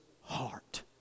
heart